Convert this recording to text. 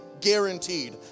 Guaranteed